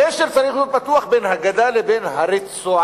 הקשר צריך להיות פתוח בין הגדה לבין הרצועה,